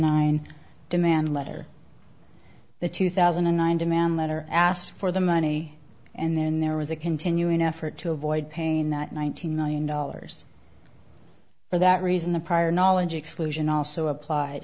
nine demand letter the two thousand and nine demand letter asked for the money and then there was a continuing effort to avoid paying that one thousand million dollars for that reason the prior knowledge exclusion also appl